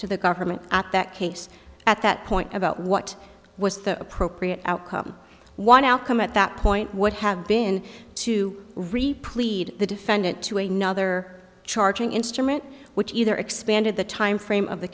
to the government at that case at that point about what was the appropriate outcome one outcome at that point would have been to repleat the defendant to a nother charging instrument which either expanded the timeframe of the